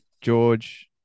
George